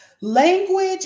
Language